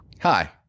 Hi